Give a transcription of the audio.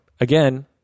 again